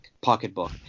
pocketbook